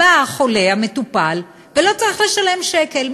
בא החולה, המטופל, ולא צריך לשלם שקל.